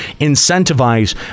incentivize